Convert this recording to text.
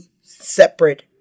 separate